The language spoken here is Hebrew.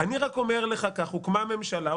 "אני רק אומר לך כך: הוקמה ממשלה"